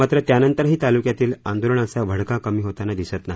मात्र त्यानंतर ही तालुक्यातील आंदोलनाचा भडका कमी होताना दिसत नाही